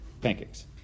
pancakes